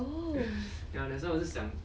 oh